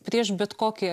prieš bet kokį